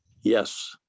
Yes